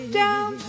down